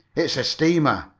it's a steamer,